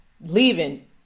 leaving